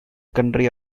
country